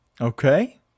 Okay